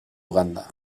uganda